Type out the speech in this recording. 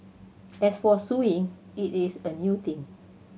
as for suing it is a new thing